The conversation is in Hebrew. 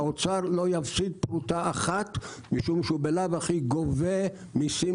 האוצר לא יפסיד פרוטה אחת כי הוא בלאו הכי גובה מיסים